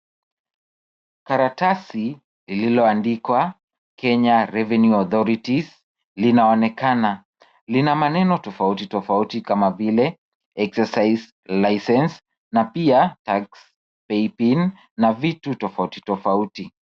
Karatasi lililoandikwa Kenya Revenue Authorities linaonekana. Lina maneno tofauti tofauti kama vile exercise license na pia tax pay pin na vitu tofauti tofauti.